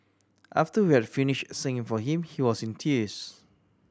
after we had finished singing for him he was in tears